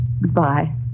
Goodbye